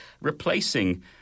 replacing